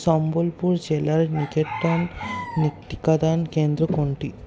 সম্বলপুর জেলার নিকটতম টিকাদান কেন্দ্র কোনটি